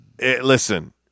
Listen